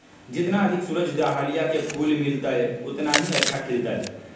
जितना अधिक सूरज डाहलिया के फूल मिलतय, उतना ही अच्छा खिलतय